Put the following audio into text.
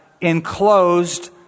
enclosed